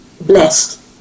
blessed